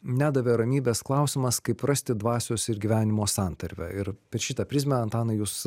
nedavė ramybės klausimas kaip rasti dvasios ir gyvenimo santarvę ir per šitą prizmę antanai jūs